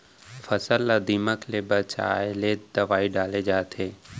फसल ला दीमक ले बचाये के का का तरीका हे?